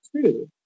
true